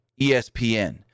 ESPN